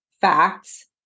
facts